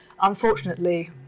Unfortunately